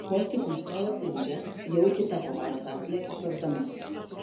vos tik nustoja ūžę jau kita pabaisa atlekia kriokdama